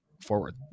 forward